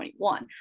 2021